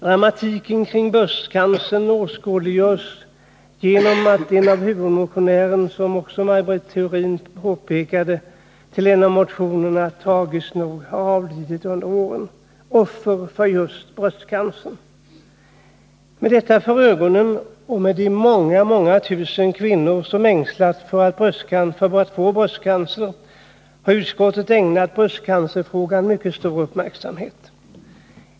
Dramatiken kring bröstcancern åskådliggörs genom att, som Maj Britt Theorin påpe kade, huvudmotionären bakom en av motionerna tragiskt nog under året har avlidit — offer för just bröstcancer. Med detta för ögonen och med tanke på de många många tusen kvinnor som ängslas för att få bröstcancer har utskottet ägnat bröstcancerfrågan mycket stor uppmärksamhet.